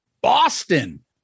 Boston